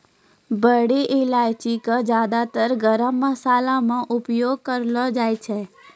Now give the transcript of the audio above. बड़ी इलायची कॅ ज्यादातर गरम मशाला मॅ उपयोग करलो जाय छै